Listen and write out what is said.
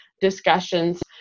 discussions